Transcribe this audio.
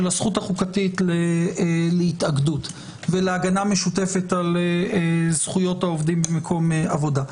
הזכות החוקתית להתאגדות ולהגנה משותפת על זכויות העובדים במקום עבודה.